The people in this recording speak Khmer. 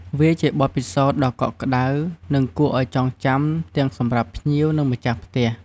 វាជាបទពិសោធន៍ដ៏កក់ក្តៅ និងគួរឱ្យចងចាំទាំងសម្រាប់ភ្ញៀវ និងម្ចាស់ផ្ទះ។